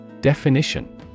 Definition